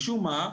משום מה?